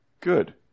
good